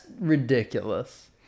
ridiculous